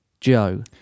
Joe